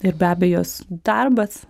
ir be abejos darbas